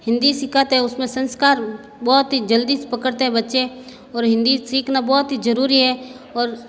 हिंदी सिखाते उसमें संस्कार बहुत ही जल्दी पकड़ते हैं बच्चे और हिंदी सीखना बहुत ही ज़रूरी है और